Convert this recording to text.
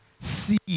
see